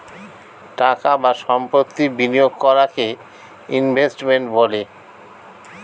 টাকা বা সম্পত্তি বিনিয়োগ করাকে ইনভেস্টমেন্ট বলে